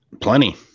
Plenty